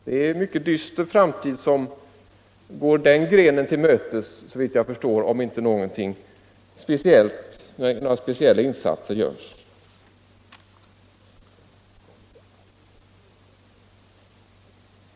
Det är en mycket dyster framtid som går den grenen till mötes, såvitt jag förstår, om inte några speciella insatser görs.